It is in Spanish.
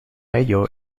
ello